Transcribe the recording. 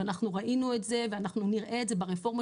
אנחנו ראינו את זה ואנחנו נראה את זה ברפורמות